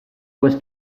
was